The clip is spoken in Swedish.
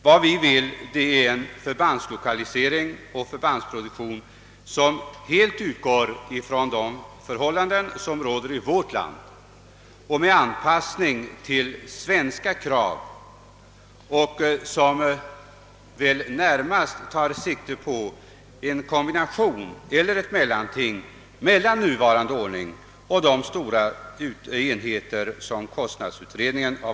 Vad vi syftar till är en förbandslokalisering och förbandsproduktion som helt utgår från de förhållanden som råder här i landet, med anpassning till svenska krav och närmast med sikte på en kombination av den nuvarande ordningen och samverkan mellan förbanden inom en större region.